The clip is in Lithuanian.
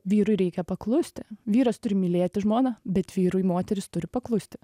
vyrui reikia paklusti vyras turi mylėti žmoną bet vyrui moteris turi paklusti